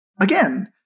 Again